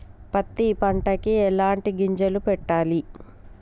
పత్తి పంటకి ఎలాంటి గింజలు పెట్టాలి?